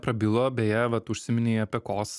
prabilo beje vat užsiminei apie kos